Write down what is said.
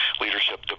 leadership